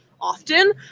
often